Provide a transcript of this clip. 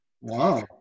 Wow